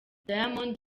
diamond